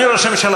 אדוני ראש הממשלה,